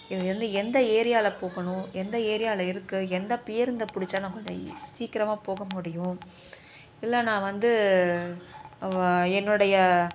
இது வந்து எந்த ஏரியாவில போகணும் எந்த ஏரியாவில இருக்குது எந்த பேருந்த பிடிச்சா நான் கொஞ்சம் இ சீக்கிரமாக போக முடியும் இல்லை நான் வந்து என்னுடைய